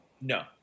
No